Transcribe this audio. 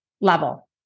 level